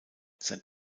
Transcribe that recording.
sein